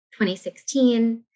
2016